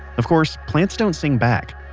of course, plants don't sing back,